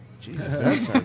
Jesus